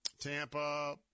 Tampa